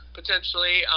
potentially